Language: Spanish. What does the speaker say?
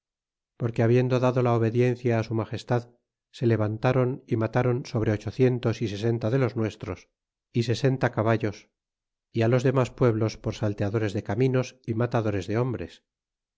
porque habiendo dado la obediencia su magestad se levantron y matron sobre ochocientos y sesenta de los nuestros y sesenta caballos y los demas pueblos por salteadores de caminos y matadores de hombres